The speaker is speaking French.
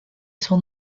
son